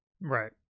Right